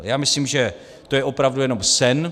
Já myslím, že to je opravdu jenom sen.